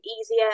easier